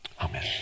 amen